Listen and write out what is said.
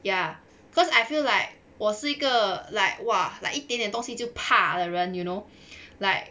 ya cause I feel like 我是一个 like !wah! like 一点点东西就怕的人 you know like